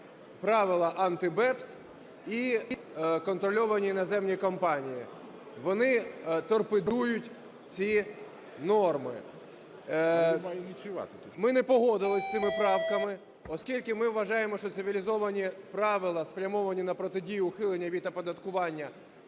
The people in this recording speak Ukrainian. правила Анти-BEPS і контрольовані іноземні компанії, вони торпедують ці норми. Ми не погодились з цими правками, оскільки ми вважаємо, що цивілізовані правила, спрямовані на протидію ухилення від оподаткування,